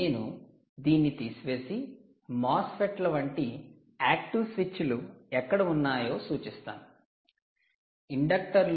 నేను దీన్ని తీసివేసి 'MOSFET ల' వంటి యాక్టీవ్ స్విచ్లు ఎక్కడ ఉన్నాయో సూచిస్తాను